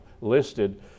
listed